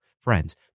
friends